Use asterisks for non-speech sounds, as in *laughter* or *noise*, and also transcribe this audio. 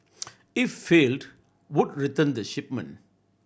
*noise* if failed would return the shipment